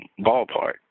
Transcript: ballpark